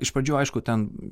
iš pradžių aišku ten